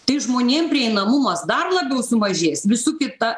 tai žmonėm prieinamumas dar labiau sumažės visų kita